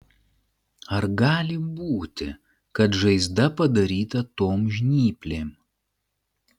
ar gali būti kad žaizda padaryta tom žnyplėm